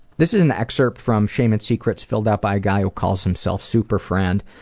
this is an excerpt from shame and secrets, filled out by a guy who calls himself super friend,